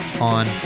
on